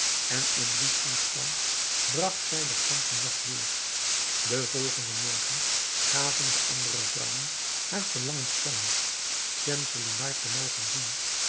en in dien toestand bragt zij den ganschen nacht door den volgenden morgen gaven de andere vrouwen haar verlangen te kennen schemselnihar te mogen zien